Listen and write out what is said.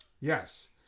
Yes